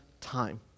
time